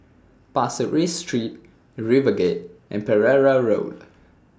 Pasir Ris Street RiverGate and Pereira Road